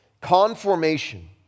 conformation